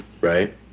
right